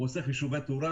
האם הוא עושה חישובי תאורה?